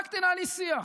רק תנהלי שיח.